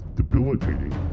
debilitating